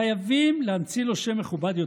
חייבים להמציא לו שם מכובד יותר,